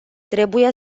trebuie